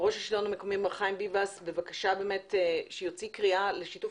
המקומי מר חיים ביבס שיוציא קריאה לשיתוף